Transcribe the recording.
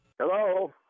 Hello